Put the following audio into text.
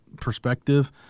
perspective